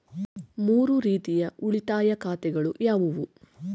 ಮೂರು ರೀತಿಯ ಉಳಿತಾಯ ಖಾತೆಗಳು ಯಾವುವು?